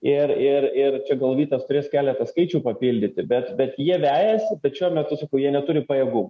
ir ir ir čia gal vytas turės keletą skaičių papildyti bet bet jie vejasi bet šiuo metu sakau jie neturi pajėgumų